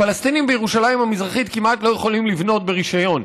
פלסטינים בירושלים המזרחית כמעט לא יכולים לבנות ברישיון.